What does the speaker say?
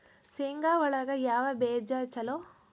ಶೇಂಗಾ ಒಳಗ ಯಾವ ಬೇಜ ಛಲೋ?